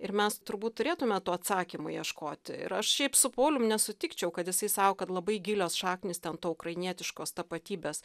ir mes turbūt turėtume tų atsakymų ieškoti ir aš šiaip su paulium nesutikčiau kad jisai sako kad labai gilios šaknys ten to ukrainietiškos tapatybės